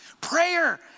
Prayer